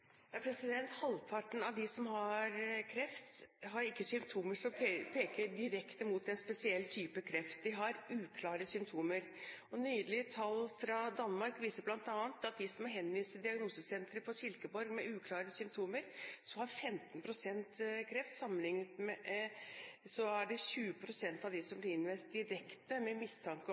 Halvparten av dem som har kreft, har ikke symptomer som peker direkte mot en spesiell type kreft – de har uklare symptomer. Nylige tall fra Danmark viser bl.a. at av dem som blir henvist fra diagnosesenteret på Silkeborg med uklare symptomer, har 15 pst. kreft. Til sammenlikning er det 20 pst. av dem som blir henvist direkte med mistanke